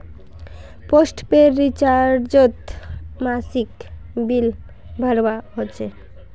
postpaid रिचार्जोत मासिक bill भरवा होचे